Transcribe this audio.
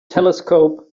telescope